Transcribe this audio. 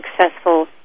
successful